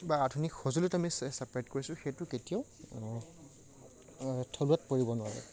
বা আধুনিক সঁজুলিত আমি ছে ছেপাৰেট কৰিছোঁ সেইটো কেতিয়াও থলুৱাত পৰিব নোৱাৰে